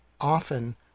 often